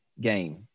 game